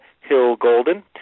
Hill-Golden